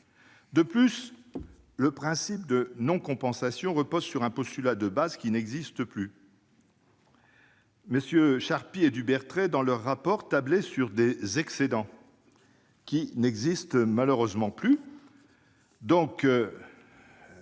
En outre, le principe de non-compensation repose sur un postulat qui n'existe plus. MM. Christian Charpy et Julien Dubertret, dans leur rapport, tablaient sur des excédents qui n'existent malheureusement plus.